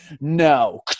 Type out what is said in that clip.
no